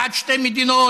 בעד שתי מדינות,